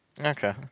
Okay